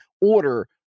order